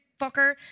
fucker